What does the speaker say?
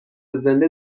زنده